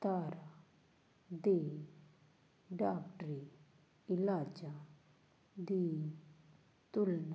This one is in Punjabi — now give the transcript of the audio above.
ਧਾਰਾ ਦੇ ਡਾਕਟਰੀ ਇਲਾਜਾਂ ਦੀ ਤੁਲਨਾ